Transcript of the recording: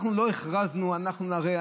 אנחנו לא הכרזנו: אנחנו נראה,